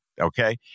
okay